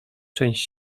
część